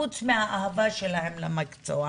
חוץ מהאהבה שלהן למקצוע.